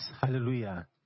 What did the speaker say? Hallelujah